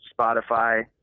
Spotify